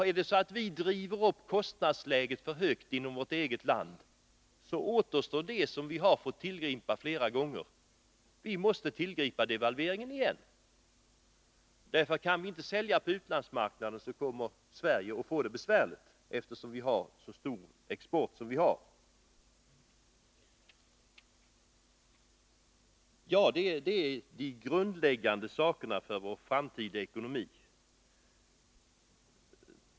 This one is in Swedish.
Är det så att vi driver upp kostnadsläget för högt inom vårt eget land, återstår bara det som vi har tillgripit flera gånger: vi måste devalvera igen. Om vi inte kan sälja på utlandsmarknaden, kommer Sverige nämligen att få det besvärligt, eftersom vi har så stor export. Det här är de grundläggande omständigheterna för vår framtida ekonomi.